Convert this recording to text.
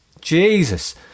jesus